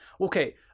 Okay